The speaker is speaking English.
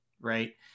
right